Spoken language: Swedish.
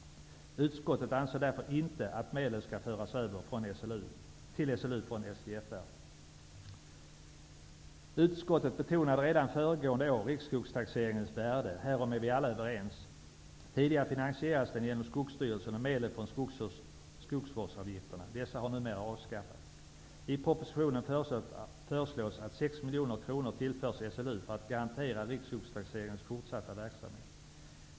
Utskottet anser därför inte att medel skall föras över till SLU från SJFR. Utskottet betonade redan föregående år riksskogstaxeringens värde. Härom är vi alla överens. Tidigare finansierades den genom Skogsstyrelsen och medel från skogsvårdsavgifterna. Dessa har numera avskaffats. I propositionen föreslås att 6 miljoner kronor tillförs SLU för att garantera riksskogstaxeringens fortsatta verksamhet.